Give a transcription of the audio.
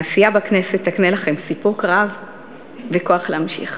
העשייה בכנסת תקנה לכם סיפוק רב וכוח להמשיך.